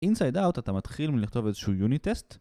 Inside out אתה מתחיל מלכתוב איזשהו unit test